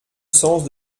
sens